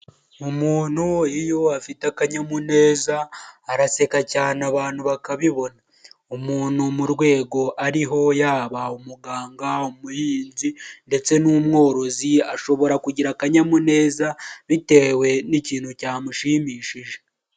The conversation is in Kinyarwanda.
Umuntu iyo afite akanyamuneza araseka cyane abantu bakabibona, umuntu mu rwego ariho yaba umuganga, umuhinzi ndetse n'umworozi ashobora kugira akanyamuneza bitewe n'ikintu cyamushimishije.